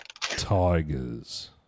Tigers